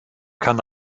kann